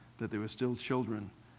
that they were still children,